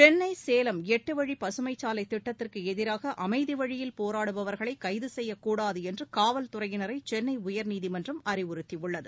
சென்னை சேவம் எட்டு வழி பசுமைச்சாலை திட்டத்திற்கு எதிராக அமைதி வழியில் போராடுபவர்களை கைது செய்யக் கூடாது என்று காவல் துறையினரை சென்னை உயர்நீதிமன்றம் அறிவுறுத்தியுள்ளது